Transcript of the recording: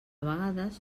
vegades